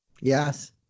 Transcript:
Yes